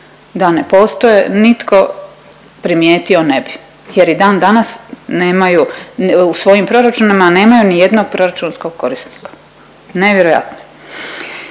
da ne postoje nitko primijetio ne bi jer i dan danas nemaju u svojim proračunima nemaju ni jednog proračunskog korisnika. Nevjerojatno.